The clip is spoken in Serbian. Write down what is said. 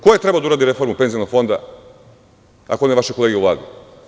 Ko je trebao da uradi reformu penzionog fonda, ako ne vaše kolege u Vladi?